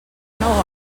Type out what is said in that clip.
nou